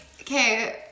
okay